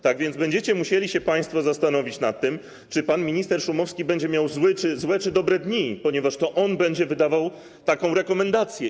Tak więc będziecie musieli się państwo zastanowić nad tym, czy pan minister Szumowski będzie miał złe czy dobre dni, ponieważ to on będzie wydawał taką rekomendację.